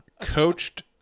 coached